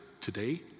today